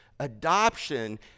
Adoption